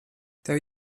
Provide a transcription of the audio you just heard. tev